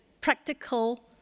practical